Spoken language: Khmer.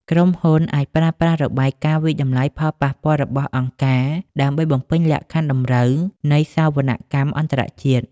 ក្រុមហ៊ុនអាចប្រើប្រាស់របាយការណ៍វាយតម្លៃផលប៉ះពាល់របស់អង្គការ ដើម្បីបំពេញលក្ខខណ្ឌតម្រូវនៃសវនកម្មអន្តរជាតិ។